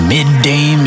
Midday